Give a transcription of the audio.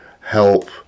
help